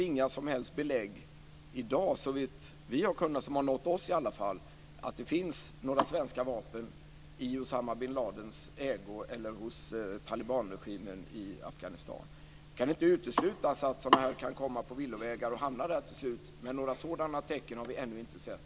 Inga som helst belägg har nått oss, i alla fall, för att det finns svenska vapen i Usama bin Ladins ägo eller hos talibanregimen i Afghanistan. Det kan inte uteslutas att vapen kan komma på villovägar och hamna där till slut, men några sådana tecken har vi ännu inte sett.